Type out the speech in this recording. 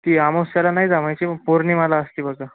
ती अमावास्येला नाही जमायची पौर्णिमेला असते बघा